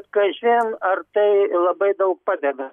kažin ar tai labai daug padeda